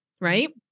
Right